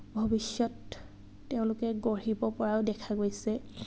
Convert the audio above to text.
ভৱিষ্যত তেওঁলোকে গঢ়িব পৰাও দেখা গৈছে